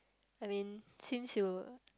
I mean since you